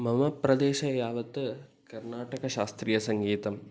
मम प्रदेशे यावत् कर्नाटकशास्त्रीयसङ्गीतं